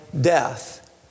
death